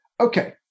okay